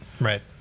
Right